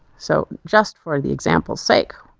so just for the examples sake,